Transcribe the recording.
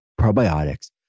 probiotics